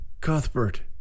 Cuthbert